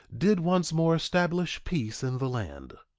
did once more establish peace in the land.